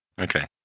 Okay